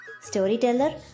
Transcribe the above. Storyteller